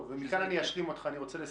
מכאן אני אשלים אותך, אני רוצה לסכם.